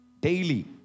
daily